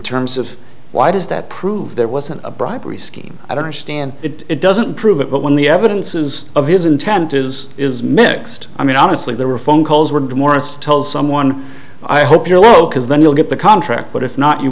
terms of why does that prove there wasn't a bribery scheme i don't understand it doesn't prove it but when the evidences of his intent is is mixed i mean honestly there were phone calls when morris told someone i hope you're locals then you'll get the contract but if not you